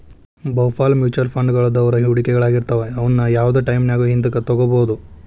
ಬಹುಪಾಲ ಮ್ಯೂಚುಯಲ್ ಫಂಡ್ಗಳು ದ್ರವ ಹೂಡಿಕೆಗಳಾಗಿರ್ತವ ಅವುನ್ನ ಯಾವ್ದ್ ಟೈಮಿನ್ಯಾಗು ಹಿಂದಕ ತೊಗೋಬೋದು